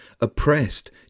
oppressed